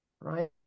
right